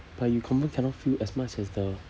but you confirm cannot fill as much as the